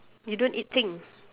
you don't eat thing